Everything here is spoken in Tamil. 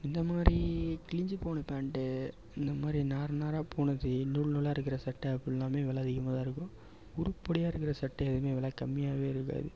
இந்த மாதிரி கிழிஞ்சி போன பேண்ட்டு இந்த மாதிரி நாருநாராக போனது நூல்நூலாக இருக்கிற சட்டை அப்புட்டிலாமே வெலை அதிகமாக தான் இருக்கும் உருப்படியா இருக்கிற சட்டை எதுவுமே வெலை கம்மியாகவே இருக்காது